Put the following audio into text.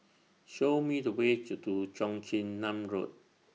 Show Me The Way to Do Cheong Chin Nam Road